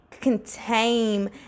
Contain